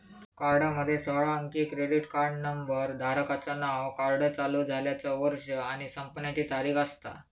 कार्डामध्ये सोळा अंकी क्रेडिट कार्ड नंबर, धारकाचा नाव, कार्ड चालू झाल्याचा वर्ष आणि संपण्याची तारीख असता